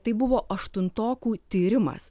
tai buvo aštuntokų tyrimas